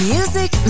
Music